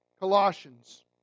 Colossians